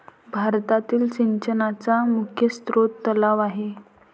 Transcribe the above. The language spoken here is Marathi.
भारतातील सिंचनाचा मुख्य स्रोत तलाव आहे